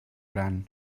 gran